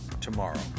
tomorrow